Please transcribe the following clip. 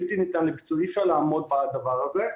אי אפשר לעמוד בדבר הזה.